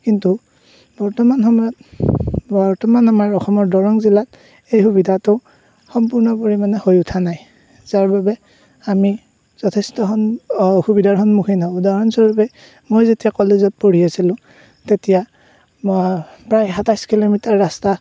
কিন্তু বৰ্তমান সময়ত বৰ্তমান আমাৰ অসমৰ দৰং জিলাত সেই সুবিধাটো সম্পূৰ্ণ পৰিমাণে হৈ উঠা নাই যাৰবাবে আমি যথেষ্ট অসুবিধাৰ সন্মুখীন হওঁ উদাহৰণস্বৰূপে মই যেতিয়া কলেজত পঢ়ি আছিলোঁ তেতিয়া মই প্ৰায় সাতাইছ কিলোমিটাৰ ৰাস্তা